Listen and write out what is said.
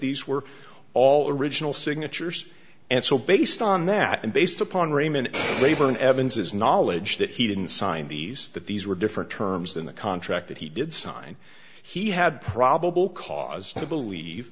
these were all original signatures and so based on that and based upon raymond rayburn evans's knowledge that he didn't sign the lease that these were different terms in the contract that he did sign he had probable cause to believe